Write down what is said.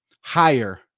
higher